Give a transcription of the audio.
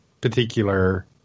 particular